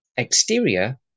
Exterior